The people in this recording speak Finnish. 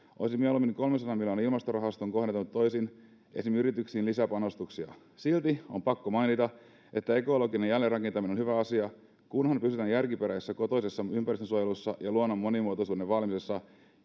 olisin mieluummin kolmensadan miljoonan ilmastorahaston kohdentanut toisin esimerkiksi yrityksiin lisäpanostuksia silti on pakko mainita että ekologinen jälleenrakentaminen on hyvä asia kunhan pysytään järkiperäisessä kotoisessa ympäristönsuojelussa ja luonnon monimuotoisuuden vaalimisessa